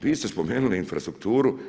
Vi ste spomenuli infrastrukturu.